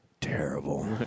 terrible